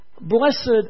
Blessed